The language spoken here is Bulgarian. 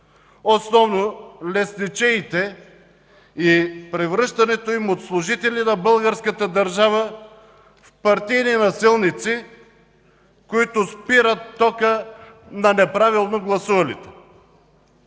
основно лесничеите и превръщането им от служители на българската държава в партийни насилници, които спират тока на неправилно гласувалите.